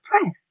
press